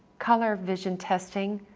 color vision testing,